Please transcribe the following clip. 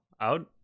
out